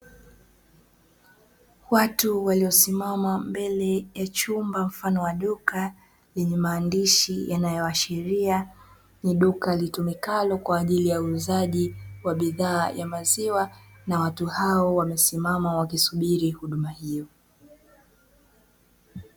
Watu waliosimama mbele ya chumba, mfano wa duka lenye maandishi yanayoashiria ni duka litumikalo kwa ajili ya uuzaji wa bidhaa ya maziwa, na watu hao wamesimama wakisubiri huduma hiyo.